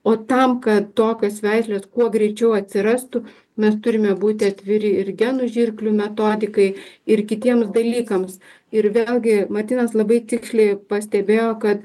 o tam kad tokios veislės kuo greičiau atsirastų mes turime būti atviri ir genų žirklių metodikai ir kitiems dalykams ir vėlgi martynas labai tiksliai pastebėjo kad